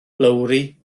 lowri